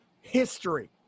history